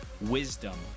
wisdom